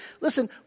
listen